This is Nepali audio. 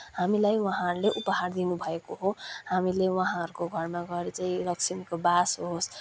हामीलाई उहाँहरूले उपहार दिनुभएको हो हामीले उहाँहरूको घरमा गएर चाहिँ लक्ष्मीको वास होस्